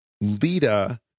Lita